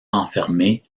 enfermer